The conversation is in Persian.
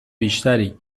بیشتری